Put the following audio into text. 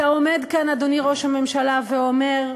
אתה עומד כאן, אדוני ראש הממשלה, ואומר: